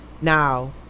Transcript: now